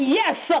yes